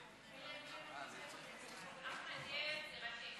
תהיי יצירתי.